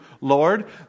Lord